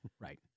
right